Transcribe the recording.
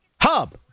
Hub